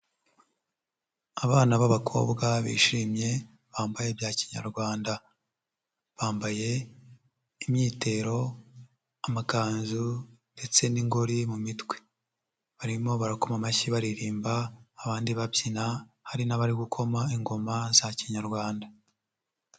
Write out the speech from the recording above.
Abana b'abakobwa bishimye bambaye bya kinyarwanda, bambaye imyitero, amakanzu ndetse n'ingoreri mu mitwe, barimo barakoma amashyi baririmba abandi babyina, hari n'abari gukoma ingoma za kinyarwanda.